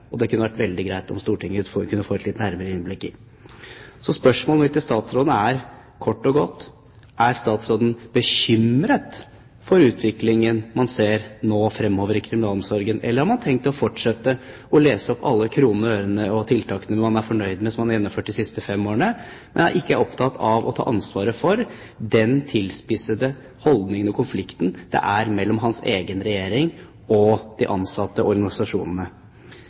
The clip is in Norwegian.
og det kunne det ha vært veldig greit om Stortinget kunne ha fått et nærmere innblikk i. Så spørsmålet mitt til statsråden er kort og godt: Er statsråden bekymret for den utviklingen man ser nå fremover i kriminalomsorgen, eller har man tenkt å fortsette å lese opp alle kronene og ørene og tiltakene man er fornøyd med å ha gjennomført de siste fem årene, mens man ikke er opptatt av å ta ansvaret for den tilspissede holdningen og konflikten mellom hans egen regjering og de ansatte og organisasjonene?